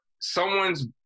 someone's